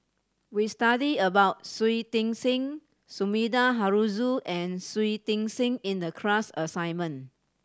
we studied about Shui Tit Sing Sumida Haruzo and Shui Tit Sing in the class assignment